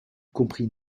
comprit